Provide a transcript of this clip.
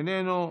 איננו.